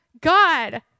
God